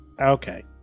okay